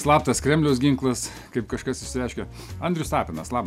slaptas kremliaus ginklas kaip kažkas išsireiškė andrius tapinas labas